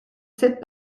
sept